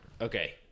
Okay